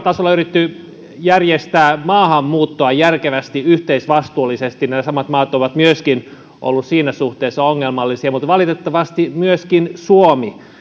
tasolla on yritetty järjestää maahanmuuttoa järkevästi yhteisvastuullisesti niin nämä samat maat ovat myöskin olleet siinä suhteessa ongelmallisia mutta valitettavasti myöskin suomi